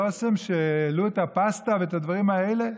אסם שהעלו את הפסטה ואת הדברים האלה.